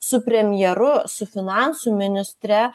su premjeru su finansų ministre